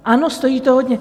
Ano, stojí to hodně.